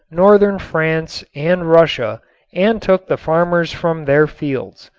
northern france and russia and took the farmers from their fields.